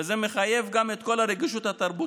וזה מחייב גם את כל הרגישות התרבותית,